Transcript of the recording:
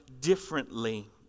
differently